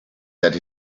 that